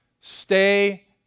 Stay